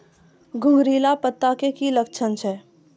घुंगरीला पत्ता के की लक्छण छै?